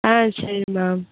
சரிம்மா